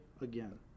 again